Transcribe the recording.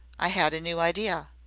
i had a new idea.